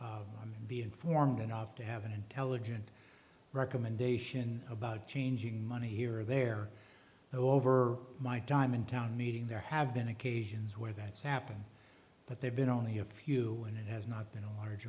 to be informed enough to have an intelligent recommendation about changing money here or there over my time in town meeting there have been occasions where that's happened but they've been only a few and it has not been a large